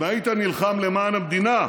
מציע,